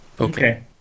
Okay